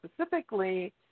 specifically